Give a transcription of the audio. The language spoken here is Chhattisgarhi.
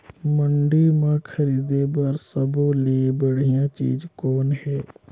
मंडी म खरीदे बर सब्बो ले बढ़िया चीज़ कौन हे?